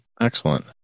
Excellent